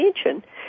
attention